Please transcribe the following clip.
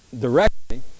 directly